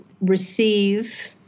receive